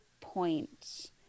point